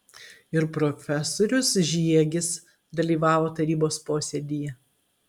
ir profesorius žiegis dalyvavo tarybos posėdyje